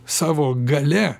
savo galia